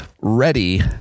ready